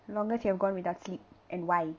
longest you have gone without sleep and why